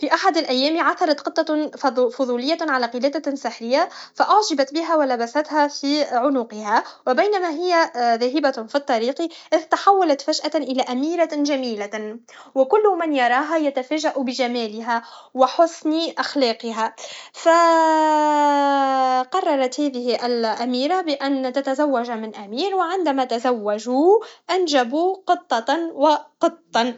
في أحد الأيام، عثرت قطة فضو فضولية على قلادة سحريةفاعجبت بها و لبيتها فب عنقها و بينما هي ذاهبة في الطريق اذ تحولت فجاة الى اميرة جميلة وكل من يراها يتفاجا بجمالها و حسن اخلاقها ف فقررت هذه الاميره بان تتزوج من امير و عندما تزوجو انجبو قطة و قطا